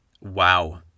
Wow